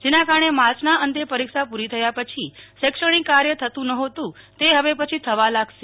જેના કારણે માર્ચના અંતે પરીક્ષા પૂરી થયા પછી શૈક્ષણિક કાર્ય થતું નહોતું તે હવે પછી થવા લાગશે